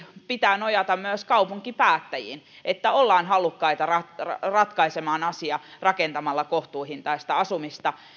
pitää nojata myös kaupunkipäättäjiin että ollaan halukkaita ratkaisemaan asia rakentamalla kohtuuhintaista asumista